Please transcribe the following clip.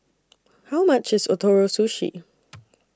How much IS Ootoro Sushi